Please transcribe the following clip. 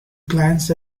glanced